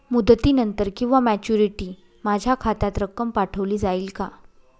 मुदतीनंतर किंवा मॅच्युरिटी माझ्या खात्यात रक्कम पाठवली जाईल का?